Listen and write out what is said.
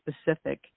specific